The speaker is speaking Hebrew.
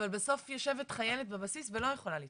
אבל בסוף יושבת חיילת בבסיס ולא יכולה לצפות,